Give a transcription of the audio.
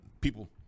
people